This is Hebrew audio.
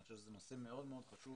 אני חושב שזה נושא מאוד-מאוד חשוב